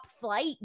flight